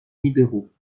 libéraux